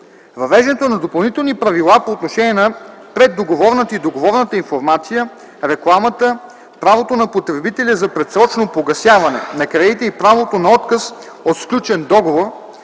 Въвеждането на допълнителни правила по отношение на преддоговорната и договорната информация, рекламата, правото на потребителя за предсрочно погасяване на кредита и правото на отказ от сключен договор,